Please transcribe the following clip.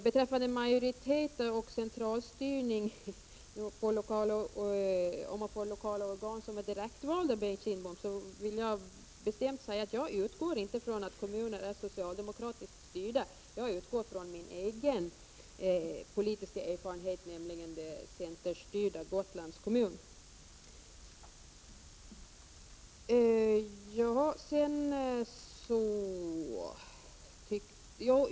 Beträffande det jag sade om den centralstyrning som skulle kunna utövas av majoriteten om man får lokala organ som är direktvalda vill jag bestämt påpeka för Bengt Kindbom att jag inte utgår ifrån att kommuner är socialdemokratiskt styrda — jag utgår från min egen politiska erfarenhet, nämligen den centerstyrda Gotlands kommun.